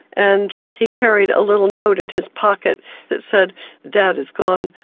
and he carried a little note in his pocket that said dad is gone,